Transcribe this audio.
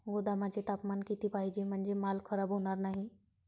गोदामाचे तापमान किती पाहिजे? म्हणजे माल खराब होणार नाही?